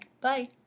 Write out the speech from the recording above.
Bye